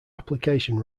application